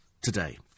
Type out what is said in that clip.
today